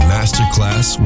Masterclass